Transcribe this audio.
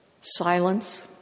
silence